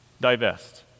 divest